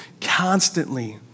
constantly